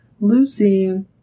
Lucy